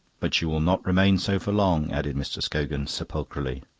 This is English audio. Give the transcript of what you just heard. but you will not remain so for long, added mr. scogan sepulchrally.